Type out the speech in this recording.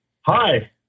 Hi